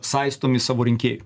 saistomi savo rinkėjų